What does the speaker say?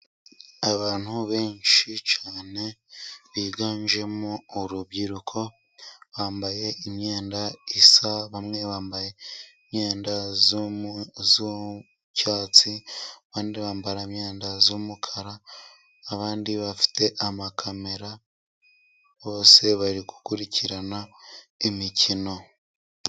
Abantu benshi cyane biganjemo urubyiruko bambaye imyenda isa. Bamwe bambaye imyenda y'icyatsi, abandi bambaye imyenda y'umukara, abandi bafite kamera bose bari gukurikirana imikino.